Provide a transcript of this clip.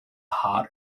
heart